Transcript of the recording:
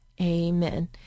amen